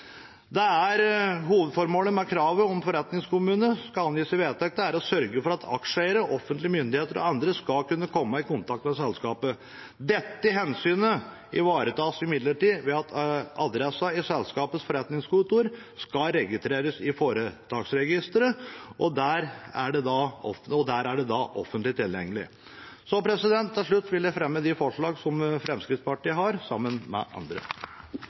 Hovedformålet med kravet om at forretningskommunen skal angis i vedtektene, er å sørge for at aksjeeiere, offentlige myndigheter og andre skal kunne komme i kontakt med selskapet. Dette hensynet ivaretas imidlertid ved at adressen til selskapets forretningskontor skal registreres i Foretaksregisteret. Der er den offentlig tilgjengelig. Til slutt vil jeg anbefale komiteens innstilling. Eg ønskjer å ta opp forslaget frå Arbeidarpartiet, Senterpartiet og Sosialistisk Venstreparti. Eg viser til